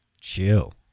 Chill